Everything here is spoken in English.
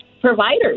providers